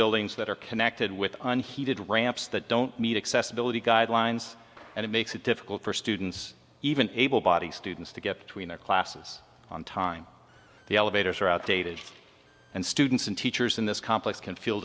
buildings that are connected with unheated ramps that don't meet accessibility guidelines and it makes it difficult for students even able bodied students to get between their classes on time the elevators are outdated and students and teachers in this complex can feel